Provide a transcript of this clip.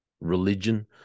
religion